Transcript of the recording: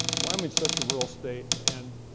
wyoming's such a rural state, and